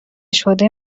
شده